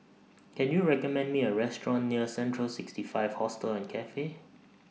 Can YOU recommend Me A Restaurant near Central sixty five Hostel and Cafe